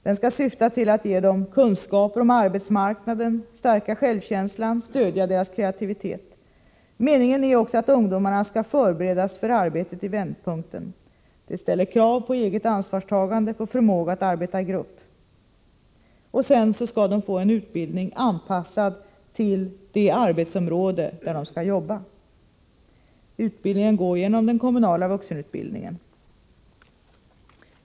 Den skall syfta till att ge ungdomarna kunskaper om arbetsmarknaden, stärka självkänslan, stödja deras kreativitet. Meningen är också att ungdomarna skall förberedas för arbetet i Vändpunkten. Detta ställer krav på eget ansvarstagande och förmåga att arbeta i grupp. Sedan skall ungdomarna få en utbildning anpassad till det arbetsområde där ungdomarna skall arbeta. Utbildningen går genom den kommunala vuxenutbildningen.